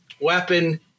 weapon